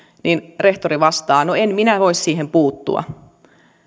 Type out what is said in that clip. niin rehtori vastaa no en minä voi siihen puuttua